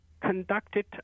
conducted